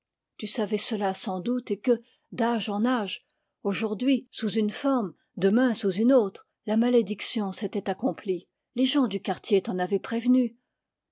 tu savais cela sans doute et que d'âge en âge aujourd'hui sous une forme demain sous une autre la malédiction s'était accomplie les gens du quartier t'en avaient prévenue